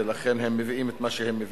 ולכן הם מביאים את מה שהם מביאים,